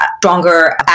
stronger